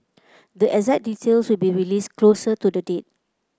the exact details will be released closer to the date